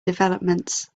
developments